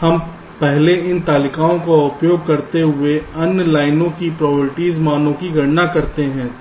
हम पहले उन तालिकाओं का उपयोग करते हुए अन्य लाइनों की प्रोबेबिलिटी मानों की गणना करते हैं